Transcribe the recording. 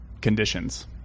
conditions